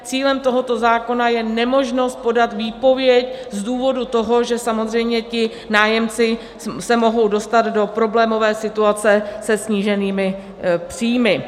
Cílem tohoto zákona je nemožnost podat výpověď z důvodu toho, že samozřejmě ti nájemci se mohou dostat do problémové situace se sníženými příjmy.